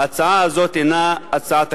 ההצעה הזאת אינה הצעה תקציבית,